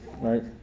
right